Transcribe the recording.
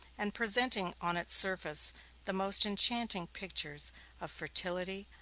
and presenting on its surface the most enchanting pictures of fertility,